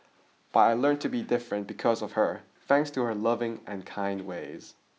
but I learnt to be different because of her thanks to her loving and kind ways